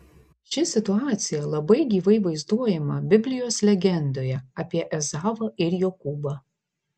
ši situacija labai gyvai vaizduojama biblijos legendoje apie ezavą ir jokūbą